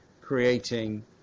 creating